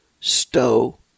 Stow